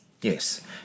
Yes